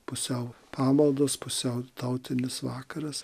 pusiau pamaldos pusiau tautinis vakaras